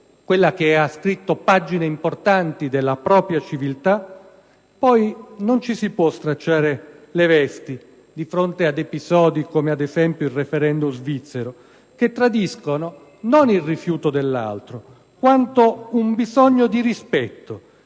che ha scritto pagine importanti della propria civiltà, poi non ci si può stracciare le vesti di fronte ad episodi come il *referendum* svizzero, che tradiscono non il rifiuto dell'altro, quanto un bisogno di rispetto